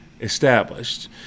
established